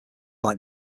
like